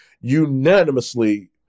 unanimously